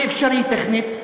זה אפשרי טכנית,